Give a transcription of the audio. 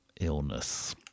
illness